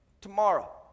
Tomorrow